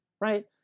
right